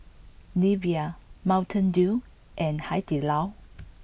Nivea Mountain Dew and Hai Di Lao